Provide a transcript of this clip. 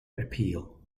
appeal